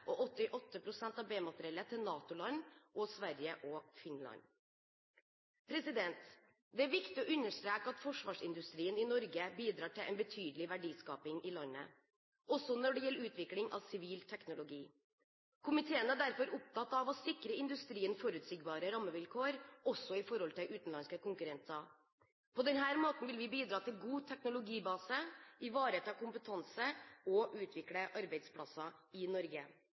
og 88 pst. av B-materiellet til NATO-land, Sverige og Finland. Det er viktig å understreke at forsvarsindustrien i Norge bidrar til en betydelig verdiskaping i landet, også når det gjelder utvikling av sivil teknologi. Komiteen er derfor opptatt av å sikre industrien forutsigbare rammevilkår, også i forhold til utenlandske konkurrenter. På denne måten vil vi bidra til god teknologibase, ivareta kompetanse og utvikle arbeidsplasser i Norge.